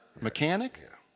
mechanic